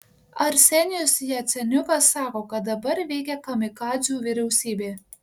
arsenijus jaceniukas sako kad dabar veikia kamikadzių vyriausybė